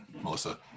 Melissa